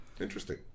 Interesting